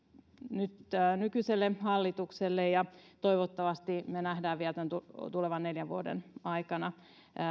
nyt nykyiselle hallitukselle ja toivottavasti me näemme vielä tämän tulevan neljän vuoden aikana